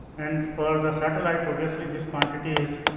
and for the satellite obviously, this quality is